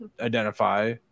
Identify